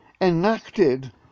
enacted